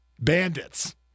bandits